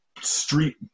street